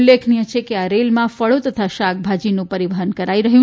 ઉલ્લેખનીય છે કે આ રેલમાં ફળી તથા શાકભાજીનું પરીવહન કરાશે